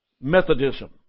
Methodism